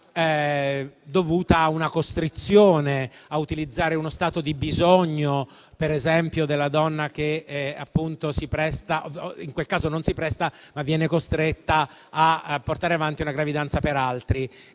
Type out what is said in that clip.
dovuta a una costrizione, a utilizzare uno stato di bisogno, per esempio della donna, che in quel caso non si presta, ma viene costretta a portare avanti una gravidanza per altri.